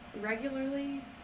regularly